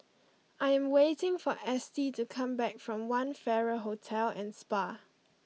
I am waiting for Estie to come back from One Farrer Hotel and Spa